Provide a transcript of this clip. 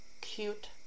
Cute